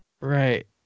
Right